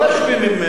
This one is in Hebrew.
כל היישובים,